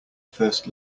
first